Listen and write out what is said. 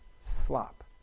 slop